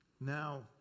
Now